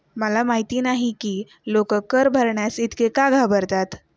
मला माहित नाही की लोक कर भरण्यास इतके का घाबरतात